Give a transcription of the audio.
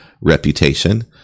reputation